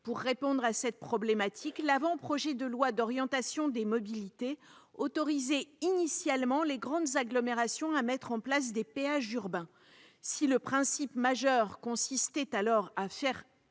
Pour répondre à cette problématique, l'avant-projet de loi d'orientation des mobilités autorisait initialement les grandes agglomérations à mettre en place des péages urbains. Si le principe majeur consistait alors à faire